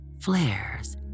Flares